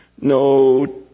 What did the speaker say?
no